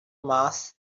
mass